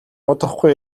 удахгүй